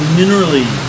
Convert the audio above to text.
minerally